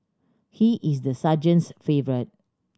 he is the sergeant's favourite